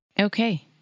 Okay